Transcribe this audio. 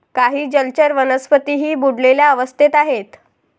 काही जलचर वनस्पतीही बुडलेल्या अवस्थेत आहेत